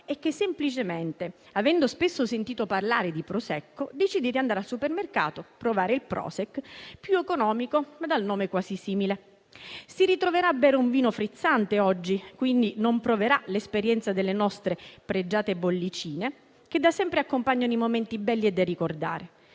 quale non si brinda, avendo spesso sentito parlare di Prosecco, decide di andare al supermercato e provare il *Prošek*, più economico e dal nome quasi simile. Si ritroverà a bere un vino fermo e non proverà l'esperienza delle nostre pregiate bollicine, che da sempre accompagnano i momenti belli e da ricordare;